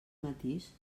matís